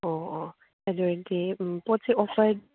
ꯑꯣ ꯑꯣ ꯑꯗꯨ ꯑꯣꯏꯔꯗꯤ ꯄꯣꯠꯁꯤ ꯑꯣꯐꯔ